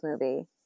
movie